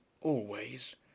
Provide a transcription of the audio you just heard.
always